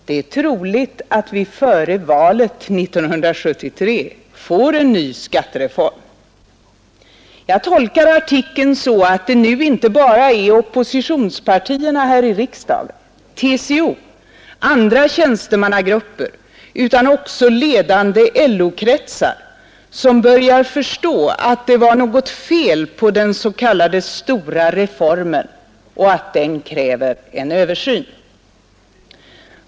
Det är troligt att vi före valet 1973 får en ny skattereform.” Jag tolkar artikeln så att det nu inte bara är oppositionspartierna här i riksdagen, TCO och andra tjänstemannagrupper utan också ledande LO-kretsar som börjar förstå att det var något fel på den s.k. Stora Reformen och att den kräver översyn.